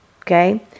Okay